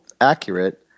accurate